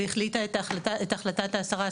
והחליטה את החלטת השרה,